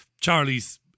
Charlie's